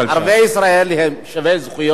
ערביי ישראל הם שווי זכויות,